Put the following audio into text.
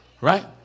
right